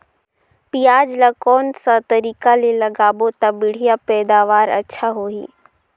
पियाज ला कोन सा तरीका ले लगाबो ता बढ़िया पैदावार अच्छा होही?